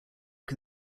can